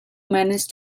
managed